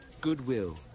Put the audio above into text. Goodwill